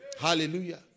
Hallelujah